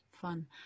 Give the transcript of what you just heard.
fun